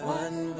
one